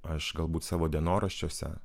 aš galbūt savo dienoraščiuose